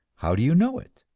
how do you know it?